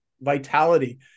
vitality